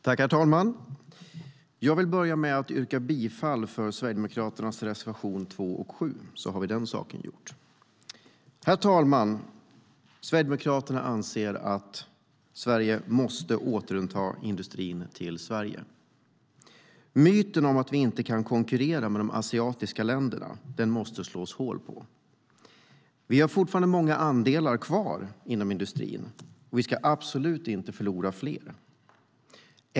Herr talman! Jag vill börja med att yrka bifall till Sverigedemokraternas reservationer 2 och 7, så är det gjort. Herr talman! Sverigedemokraterna anser att Sverige måste återta industrin till Sverige. Myten om att vi inte kan konkurrera med de asiatiska länderna måste vi slå hål på. Vi har fortfarande många andelar kvar inom industrin och ska absolut inte förlora fler.